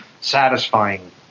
satisfying